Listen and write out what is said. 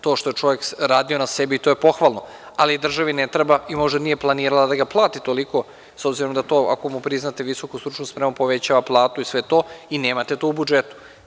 To što je čovek radio na sebi, to je pohvalno, ali državi ne treba i možda nije planirala da ga plati toliko, s obzirom da ako mu priznate visoku stručnu spremu, to povećava platu i sve to, a nemate to u budžetu.